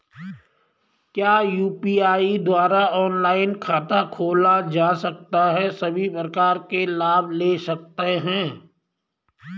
क्या यु.पी.आई द्वारा ऑनलाइन खाता खोला जा सकता है सभी प्रकार के लाभ ले सकते हैं?